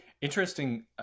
Interesting